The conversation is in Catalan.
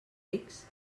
rics